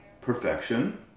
perfection